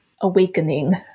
awakening